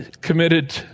committed